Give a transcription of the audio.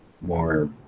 more